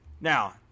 Now